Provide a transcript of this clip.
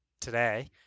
today